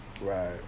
Right